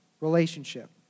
relationship